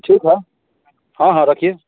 ठीक है हाँ हाँ रखिए